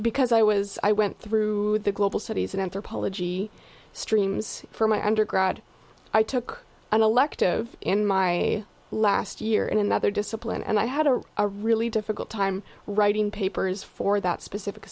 because i was i went through the global studies in anthropology streams from my undergrad i took an elective in my last year in another discipline and i had a really difficult time writing papers for that specific